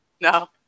No